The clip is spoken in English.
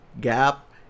gap